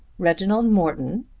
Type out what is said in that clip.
reginald morton,